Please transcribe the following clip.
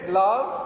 love